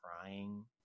crying